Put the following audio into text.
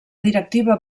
directiva